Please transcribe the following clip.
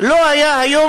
לא היה היום